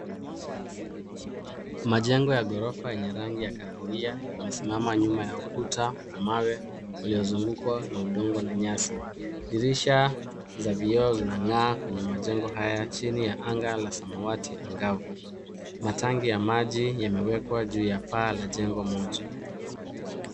Majengo ya ghorofa yenye rangi ya kahawia yamesimama nyuma ya ukuta wa mawe uliozungukwa na udongo na nyasi. Dirisha za vioo zinang'aa kwenye majengo haya chini ya anga la samawati angavu. Matanki ya maji yamewekwa juu ya paa la jengo moja.